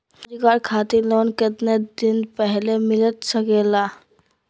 रोजगार खातिर लोन कितने दिन पहले मिलता सके ला?